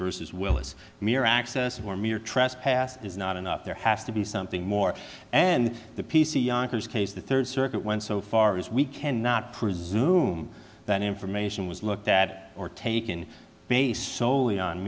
versus willis mere access were mere trespass is not enough there has to be something more and the p c yonkers case the third circuit went so far as we cannot presume that information was looked that or taken based soley on